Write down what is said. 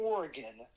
Oregon